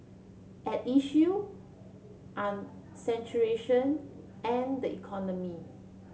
at issue are saturation and the economy